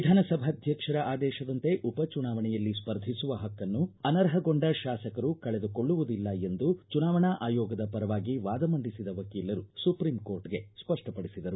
ವಿಧಾನಸಭಾಧ್ವಕ್ಷರ ಆದೇಶದಂತೆ ಉಪಚುನಾವಣೆಯಲ್ಲಿ ಸ್ಪರ್ಧಿಸುವ ಪಕ್ಕನ್ನು ಅನರ್ಹಗೊಂಡ ಶಾಸಕರು ಕಳೆದುಕೊಳ್ಳುವುದಿಲ್ಲ ಎಂದು ಚುನಾವಣಾ ಆಯೋಗದ ಪರವಾಗಿ ವಾದ ಮಂಡಿಸಿದ ವಕೀಲರು ಸುಪ್ರೀಂ ಕೋರ್ಟ್ಗೆ ಸ್ಪಷ್ಟಪಡಿಸಿದರು